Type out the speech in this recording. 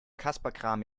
kasperkram